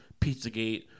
Pizzagate